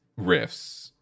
riffs